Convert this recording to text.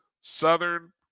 Southern